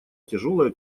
тяжелое